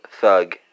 thug